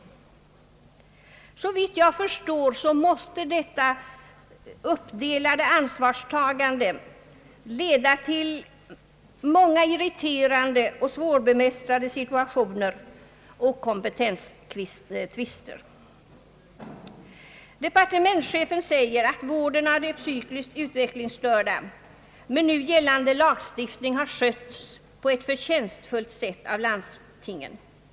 Ett sådant uppdelat ansvarstagande måste såvitt jag förstår leda till många irriterande och svårbemästrade situationer och kompetenstvister. Departementschefen säger att vården av de psykiskt utvecklingsstörda med nu gällande lagstiftning har skötts på ett förtjänstfullt sätt av landstingen.